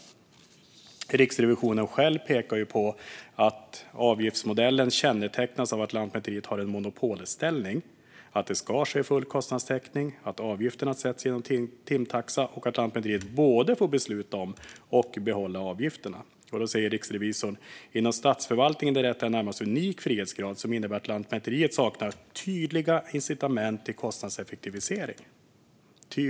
Riksrevisionen själv pekar på att avgiftsmodellen kännetecknas av att Lantmäteriet har en monopolställning, att full kostnadstäckning ska ske, att avgifterna sätts genom timtaxa och att Lantmäteriet får både besluta om och behålla avgifterna. Riksrevisorn säger: "Inom statsförvaltningen är detta en närmast unik frihetsgrad som innebär att Lantmäteriet saknar tydliga incitament till kostnadseffektivisering."